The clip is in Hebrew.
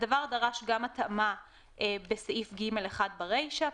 הדבר דרש גם התאמה בסעיף (ג1) ברישה,